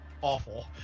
awful